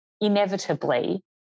inevitably